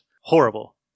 Horrible